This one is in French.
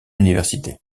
université